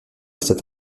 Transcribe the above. cette